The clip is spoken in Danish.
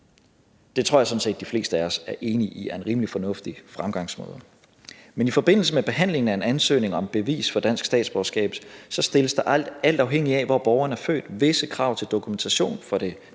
Det tror jeg sådan set de fleste af os er enige i er en rimelig fornuftig fremgangsmåde. Men i forbindelse med behandlingen af en ansøgning om bevis for dansk statsborgerskab stilles der, alt afhængigt af hvor borgeren er født, visse krav til dokumentation for det